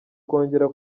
kongera